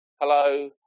Hello